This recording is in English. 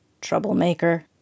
troublemaker